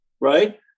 right